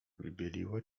wybieliło